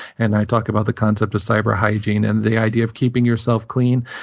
and i talk about the concept of cyber hygiene and the idea of keeping yourself clean.